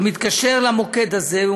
הוא מתקשר למוקד הזה,